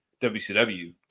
WCW